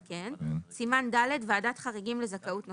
סימן ד': ועדת חריגים לזכאות נוספת.